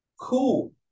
cool